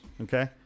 Okay